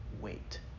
Wait